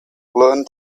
learn